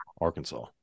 Arkansas